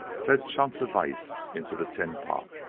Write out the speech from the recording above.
fed chunks of ice into the tin pot,